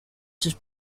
sus